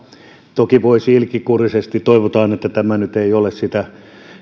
toki voisi ilkikurisesti sanoa toivotaan että tämä nyt ei ole sitä